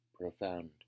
profound